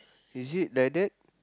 is it like that